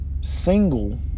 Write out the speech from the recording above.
single